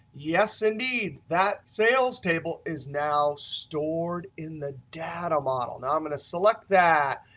yes indeed, that sales table is now stored in the data model. now i'm going to select that.